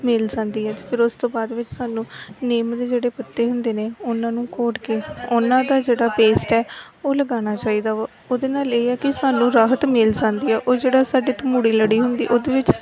ਮਿਲ ਜਾਂਦੀ ਹੈ ਅਤੇ ਫਿਰ ਉਸ ਤੋਂ ਬਾਅਦ ਵਿੱਚ ਸਾਨੂੰ ਨਿੰਮ ਦੇ ਜਿਹੜੇ ਪੱਤੇ ਹੁੰਦੇ ਨੇ ਉਹਨਾਂ ਨੂੰ ਘੋਟ ਕੇ ਉਹਨਾਂ ਦਾ ਜਿਹੜਾ ਪੇਸਟ ਹੈ ਉਹ ਲਗਾਉਣਾ ਚਾਹੀਦਾ ਵਾ ਉਹਦੇ ਨਾਲ ਇਹ ਹੈ ਕੀ ਸਾਨੂੰ ਰਾਹਤ ਮਿਲ ਜਾਂਦੀ ਆ ਉਹ ਜਿਹੜਾ ਸਾਡੇ ਤਮੂੜੀ ਲੜੀ ਹੁੰਦੀ ਹੈ ਉਹਦੇ ਵਿੱਚ